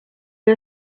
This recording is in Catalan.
que